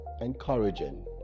encouraging